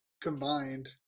combined